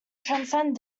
transcend